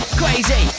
crazy